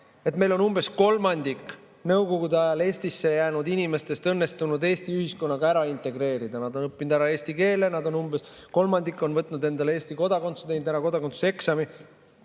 Meil on umbes kolmandik Nõukogude ajal Eestisse jäänud inimestest õnnestunud Eesti ühiskonda integreerida, nad on õppinud ära eesti keele, umbes kolmandik on võtnud endale Eesti kodakondsuse, teinud ära kodakondsuseksami,